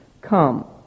come